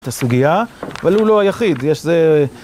את הסוגיה, אבל הוא לא היחיד, יש זה...